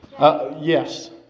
Yes